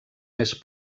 més